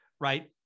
right